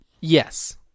yes